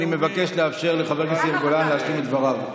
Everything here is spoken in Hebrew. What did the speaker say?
אני מבקש לאפשר לחבר הכנסת גולן להשלים את דבריו.